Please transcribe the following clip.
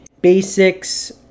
basics